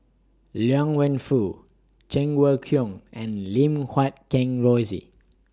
Liang Wenfu Cheng Wai Keung and Lim Guat Kheng Rosie